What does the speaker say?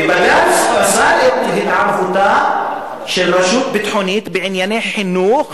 ובג"ץ פסל את התערבותה של רשות ביטחונית בענייני חינוך